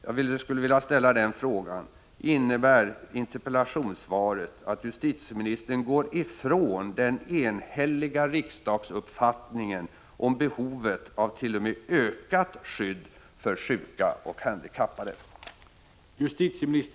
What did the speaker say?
Jag skulle vilja ställa frågan: Innebär interpellationssvaret att justitieministern går ifrån den enhälliga riksdagsuppfattningen om behovet av t.o.m. ökat skydd för sjuka och handikappade?